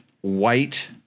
white